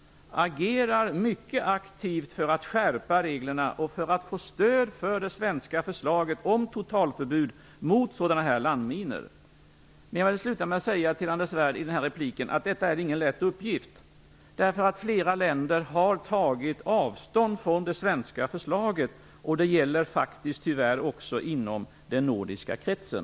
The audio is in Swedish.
Den agerar mycket aktivt för att skärpa reglerna och för att få stöd för det svenska förslaget om totalförbud när det gäller landminor. Jag vill avluta detta inlägg med att till Anders Svärd säga att detta inte är någon lätt uppgift. Flera länder har tagit avstånd från det svenska förslaget, och detta gäller också tyvärr inom den nordiska kretsen.